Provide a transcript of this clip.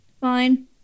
Fine